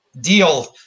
deal